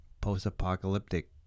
post-apocalyptic